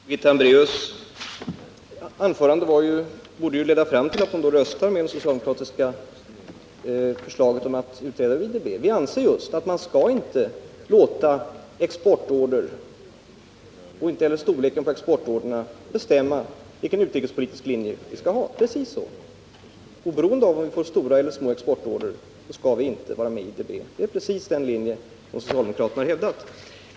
Herr talman! Birgitta Hambraeus anförande borde ju då leda fram till att hon borde rösta med det socialdemokratiska förslaget om att låta utreda IDB:s verksamhet. Vi anser ju just att man inte skall låta exportorder, och inte heller storleken på dessa, bestämma vilken utrikespolitisk linje vi skall ha — vi skall inte, oberoende av om vi får stora eller små exportorder, vara med i IDB. Det är precis den linje som socialdemokraterna hävdar.